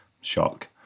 shock